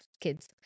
kids